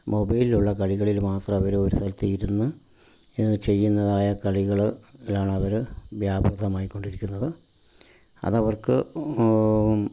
മൊബൈലിലുള്ള കളികളിൽ മാത്രം അവരൊരു സ്ഥലത്തിരുന്ന് ചെയ്യുന്നതായ കളികളിലാണവർ വ്യാപൃതമായി കൊണ്ടിരിക്കുന്നത് അതവർക്ക്